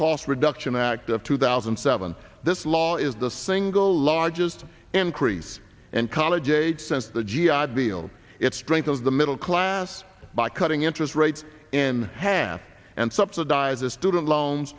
cost reduction act of two thousand and seven this law is the single largest increase and college aid since the g i deal it's strength of the middle class by cutting interest rates in half and subsidize the student loans